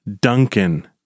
Duncan